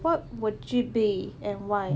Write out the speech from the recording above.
what would it be and why